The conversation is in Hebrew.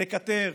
לקטר,